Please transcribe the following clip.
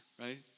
right